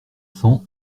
cents